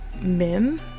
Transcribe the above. Min